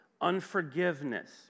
unforgiveness